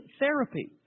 therapy